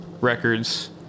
records